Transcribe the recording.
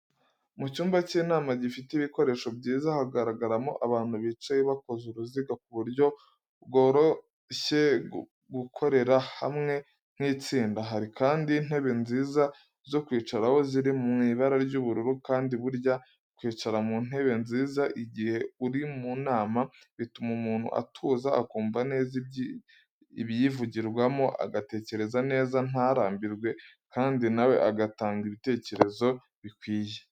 Mu cyumba cy’inama gifite ibikoresho byiza, haragaragaramo abantu bicaye bakoze uruziga, ku buryo byoroshuye gukorera hamwe nk'itsinda. Hari kandi intebe nziza zo kwicaraho ziri mu ibara ry'ubururu kandi burya kwicara mu ntebe nziza igihe uri mu nama bituma umuntu atuza, akumva neza ibiyivugirwamo, agatekereza neza, ntarambirwe kandi nawe agatanga ibitekerezo bikwiye.